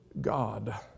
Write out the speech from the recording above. God